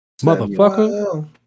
motherfucker